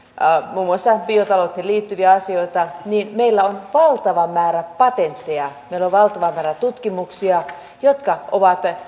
muun muassa biotalouteen liittyviä asioita niin meillä on valtava määrä patentteja meillä on valtava määrä tutkimuksia jotka ovat